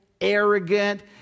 arrogant